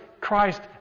Christ